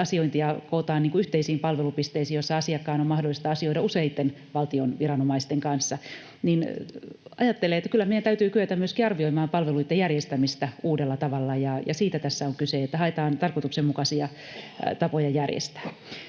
asiointia kootaan yhteisiin palvelupisteisiin, joissa asiakkaan on mahdollista asioida useitten valtion viranomaisten kanssa, niin ajattelen, että kyllä meidän täytyy kyetä myöskin arvioimaan palveluitten järjestämistä uudella tavalla, ja siitä tässä on kyse, että haetaan tarkoituksenmukaisia tapoja järjestää.